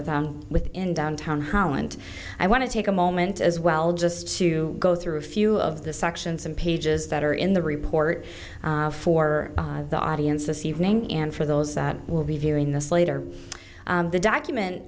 with within downtown holland i want to take a moment as well just to go through a few of the sections and pages that are in the report for the audience this evening and for those that will be viewing this later the document